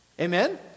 Amen